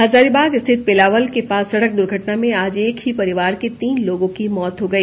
हजारीबाग स्थित पेलावल के पास सड़क द्र्घटना में आज एक ही परिवार के तीन लोगों की मौत हो गई